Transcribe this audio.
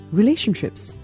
relationships